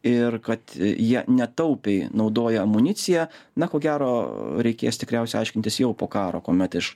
ir kad jie netaupiai naudoja amuniciją na ko gero reikės tikriausiai aiškintis jau po karo kuomet iš